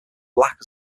black